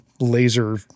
laser